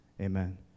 Amen